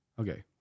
Okay